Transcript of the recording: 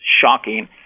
shocking